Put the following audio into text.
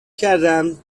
کردم